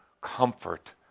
comfort